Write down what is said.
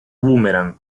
boomerang